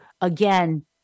again